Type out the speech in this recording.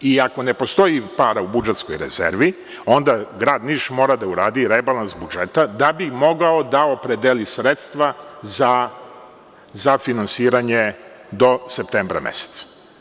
I, ako ne postoji para u budžetskoj rezervi onda Grad Niš mora da uradi rebalans budžeta da bi mogao da opredeli sredstva za finansiranje do septembra meseca.